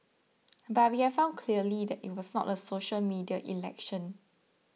but we have found clearly that it was not a social media election